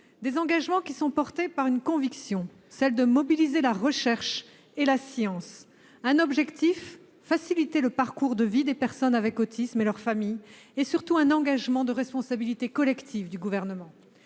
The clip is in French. Ces engagements sont portés par une conviction, celle de mobiliser la recherche et la science. Notre objectif est de faciliter le parcours de vie des personnes avec autisme et de leur famille. Il s'agit surtout d'un engagement de responsabilité collective du Gouvernement.